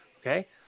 okay